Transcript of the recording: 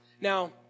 Now